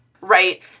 right